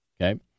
Okay